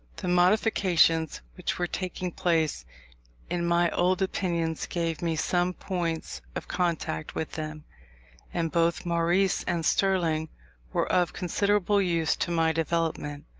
the modifications which were taking place in my old opinions gave me some points of contact with them and both maurice and sterling were of considerable use to my development.